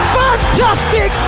fantastic